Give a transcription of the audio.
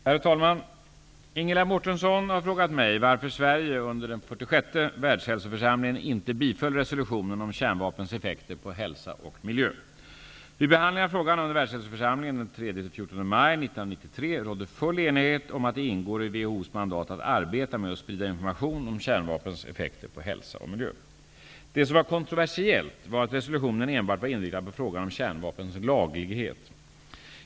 Herr talman! Ingela Mårtensson har frågat mig varför Sverige under den 46:e Vid behandlingen av frågan under världshälsoförsamlingen den 3--14 maj 1993 rådde full enighet om att det ingår i WHO:s mandat att arbeta med och sprida information om kärnvapens effekter på hälsa och miljö. Det som var kontroversiellt var att resolutionen enbart var inriktad på frågan om kärnvapens laglighet.